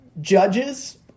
judges